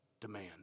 demand